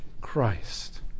Christ